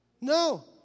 No